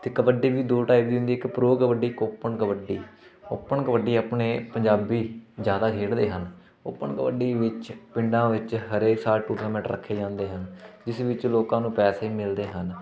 ਅਤੇ ਕਬੱਡੀ ਵੀ ਦੋ ਟਾਈਪ ਦੀ ਹੁੰਦੀ ਇੱਕ ਪਰੋ ਕਬੱਡੀ ਇੱਕ ਓਪਨ ਕਬੱਡੀ ਓਪਨ ਕਬੱਡੀ ਆਪਣੇ ਪੰਜਾਬੀ ਜ਼ਿਆਦਾ ਖੇਡਦੇ ਹਨ ਓਪਨ ਕਬੱਡੀ ਵਿੱਚ ਪਿੰਡਾਂ ਵਿੱਚ ਹਰੇਕ ਸਾਲ ਟੂਰਨਾਮੈਂਟ ਰੱਖੇ ਜਾਂਦੇ ਹਨ ਜਿਸ ਵਿੱਚ ਲੋਕਾਂ ਨੂੰ ਪੈਸੇ ਮਿਲਦੇ ਹਨ